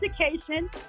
education